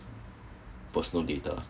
personal data